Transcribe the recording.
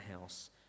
house